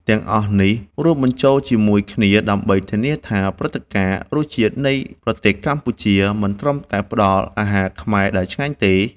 ទាំងអស់នេះរួមបញ្ចូលជាមួយគ្នា ដើម្បីធានាថា ព្រឹត្តិការណ៍ “រសជាតិនៃប្រទេសកម្ពុជា” មិនត្រឹមតែផ្តល់អាហារខ្មែរដែលឆ្ងាញ់ទេ